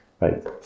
Right